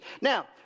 Now